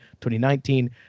2019